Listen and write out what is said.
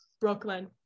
brooklyn